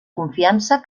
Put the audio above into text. confiança